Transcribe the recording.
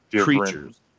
creatures